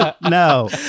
no